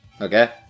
Okay